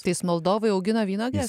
tai jis moldovoj augino vynuoges